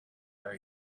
are